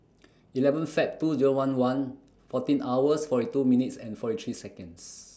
eleven Feb two Zero one one fourteen hours forty two minutes and forty three Seconds